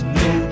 no